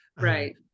Right